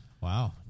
Wow